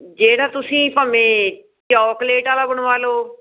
ਜਿਹੜਾ ਤੁਸੀਂ ਭਾਵੇ ਚੋਕਲੇਟ ਵਾਲਾ ਬਣਵਾ ਲਿਓ